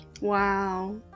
Wow